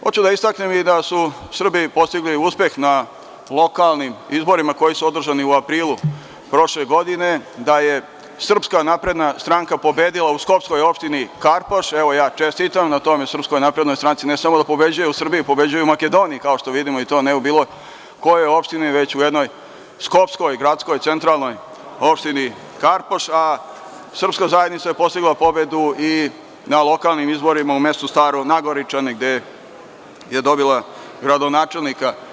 Hoću da istaknem da su Srbi postigli uspeh na lokalnim izborima koji su održani u aprilu prošle godine, da je Srpska napredna stranka pobedila u skopskoj opštini i evo ja čestitam na tome Srpskoj naprednoj stranci, jer ne samo da pobeđuje u Srbiji, pobeđuje i u Makedoniji, kao što vidimo, i to ne u bilo kojoj opštini, u jednoj skopskoj, gradskoj, centralnoj opštini, Karpoš, a srpska zajednica je postigla pobedu i na lokalnim izborima gde je dobila gradonačelnika.